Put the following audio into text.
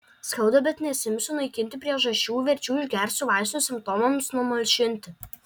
skauda bet nesiimsiu naikinti priežasčių verčiau išgersiu vaistų simptomams numalšinti